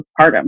postpartum